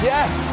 Yes